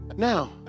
Now